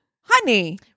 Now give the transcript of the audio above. Honey